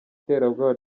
iterabwoba